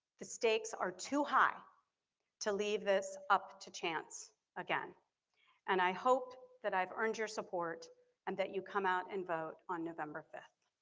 the stakes are too high to leave this up to chance again and i hope that i've earned your support and that you come out and vote on november fifth.